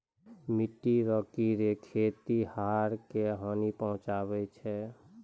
मिट्टी रो कीड़े खेतीहर क हानी पहुचाबै छै